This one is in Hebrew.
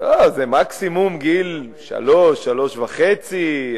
זה מקסימום לגיל שלוש, שלוש וחצי.